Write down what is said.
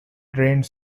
drained